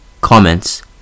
Comments